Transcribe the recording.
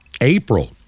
April